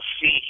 see